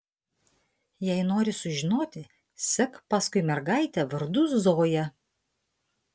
jei nori sužinoti sek paskui mergaitę vardu zoja